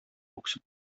үксеп